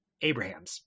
Abrahams